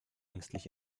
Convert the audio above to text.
ängstlich